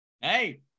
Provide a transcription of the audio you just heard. Hey